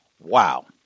Wow